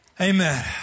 Amen